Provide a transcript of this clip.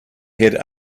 had